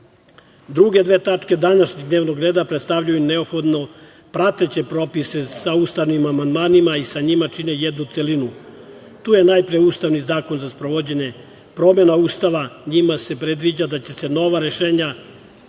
dve tačke današnjeg dnevnog reda predstavljaju neophodno prateće propise sa ustavnim amandmanima i sa njima čine jednu celinu, tu je najpre ustavni zakon za sprovođenje promena Ustava. Njima se predviđa da će se nova rešenja